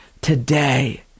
today